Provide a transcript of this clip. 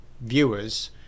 viewers